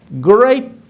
great